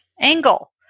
angle